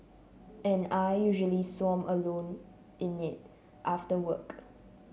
and I usually swam alone in it after work